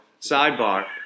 sidebar